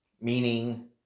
Meaning